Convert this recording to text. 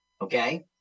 okay